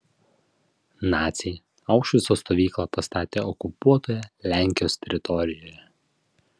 naciai aušvico stovyklą pastatė okupuotoje lenkijos teritorijoje